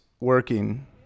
working